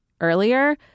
earlier